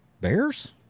Bears